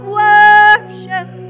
worship